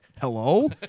hello